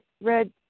red